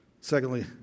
Secondly